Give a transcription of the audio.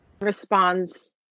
responds